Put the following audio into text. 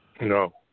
No